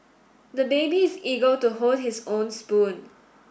the baby is eager to hold his own spoon